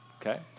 okay